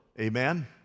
Amen